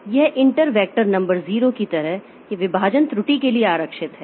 यह interrupt vector number 0 की तरह यह विभाजन त्रुटि के लिए आरक्षित है